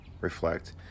reflect